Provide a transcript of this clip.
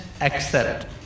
accept